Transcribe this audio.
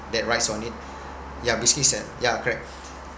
that rides on it ya basically it's a ya correct